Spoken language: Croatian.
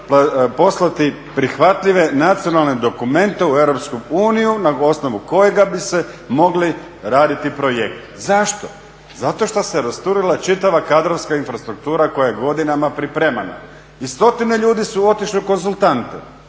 poslati prihvatljive nacionalne dokumente u EU na osnovu kojih bi se mogli raditi projekti. Zašto? Zato što se rasturila čitava kadrovska infrastruktura koja je godinama pripremana i stotine ljudi su otišli u konzultante